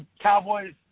Cowboys